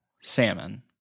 salmon